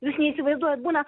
jūs neįsivaizduojat būna